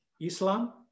Islam